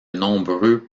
nombreux